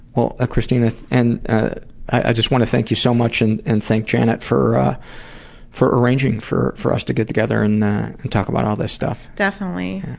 well, ah christina, and ah i just want to thank you so much and and thank janet for for arranging for for us to get together and and talk about all this stuff. definitely.